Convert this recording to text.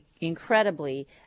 incredibly